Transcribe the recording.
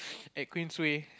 at Queensway